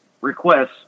requests